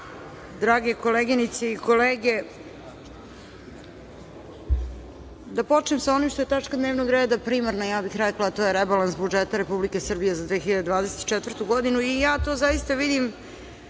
drage koleginice i kolege, da počnem sa onim što je tačka dnevnog reda, primarna, ja bih to rekla, a to je rebalans budžeta Republike Srbije za 2024. godinu. Ja to zaista vidim